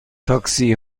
تاکسی